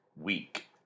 week